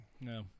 No